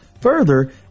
Further